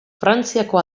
frantziako